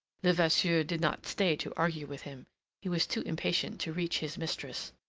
levasseur did not stay to argue with him he was too impatient to reach his mistress.